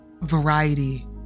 variety